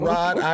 Rod